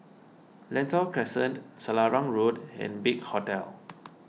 Lentor Crescent Selarang Road and Big Hotel